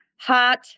hot